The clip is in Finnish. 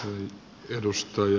hän vilustui